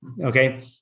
Okay